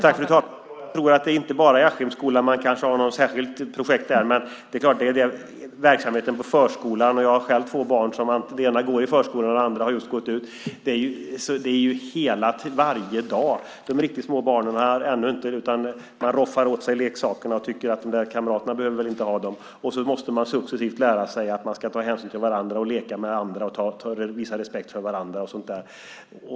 Fru talman! Det gäller inte bara i Askimsskolan, fastän man kanske har ett särskilt projekt där, utan verksamheten i förskolan. Jag har själv två barn varav den ena går i förskolan och den andra just har gått ut förskolan. Det gäller varje dag. De riktigt små barnen har ännu inte lärt sig utan roffar åt sig leksakerna och tycker att kamraterna inte behöver ha dem. De måste successivt lära sig att de måste ta hänsyn till varandra, leka med varandra och visa respekt för varandra.